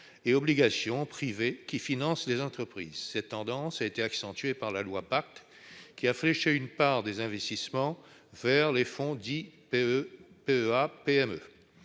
et obligations privées, qui finance les entreprises. Cette tendance a été accentuée par la loi Pacte, qui a fléché une part des investissements vers les fonds dits PEA-PME.